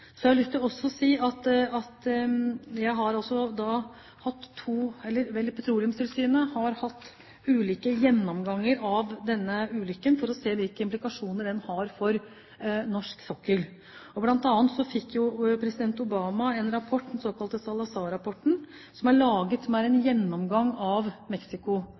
Så har jeg også lyst til å si at Petroleumstilsynet har hatt ulike gjennomganger av denne ulykken for å se hvilke implikasjoner den har for norsk sokkel. Blant annet fikk president Obama en rapport, den såkalte Salazar-rapporten, som er en gjennomgang av